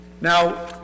Now